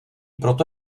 proto